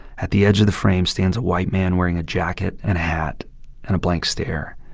at the edge of the frame stands a white man wearing a jacket and a hat and a blank stare.